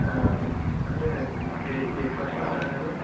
అంటే కిక్ని ఎప్పుడొస్తారు మేడం మీరు